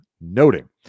noting